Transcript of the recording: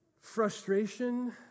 frustration